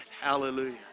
Hallelujah